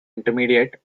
intermediate